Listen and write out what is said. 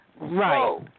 right